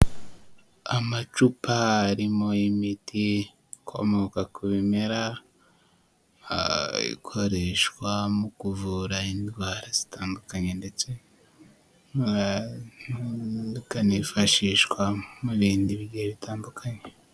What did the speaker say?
Amacupa arimo imiti ikomoka ku bimera, ikoreshwa mu kuvura indwara zitandukanye ndetse ikanifashishwa mu bindi bigiye bitandukanye.